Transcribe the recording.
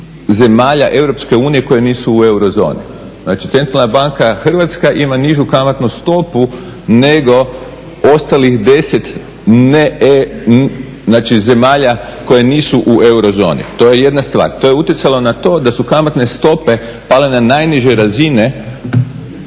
unije koje nisu u eurozoni. Znači centralna banka Hrvatska ima nižu kamatnu stopu nego ostalih 10 zemalja koje nisu u eurozoni. To je jedna stvar, to je utjecalo na to da su kamatne stope pale na najniže razine